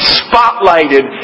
spotlighted